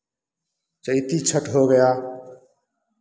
चैती छठ हो गया